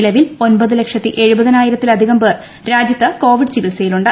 നിലവിൽ ഒൻപത് ലക്ഷത്തി എഴുപതിനായിരത്തിലധികം പേർ രാജ്യത്ത് കോവിഡ് ചികിത്സയിലുണ്ട്